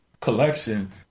collection